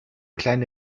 kleine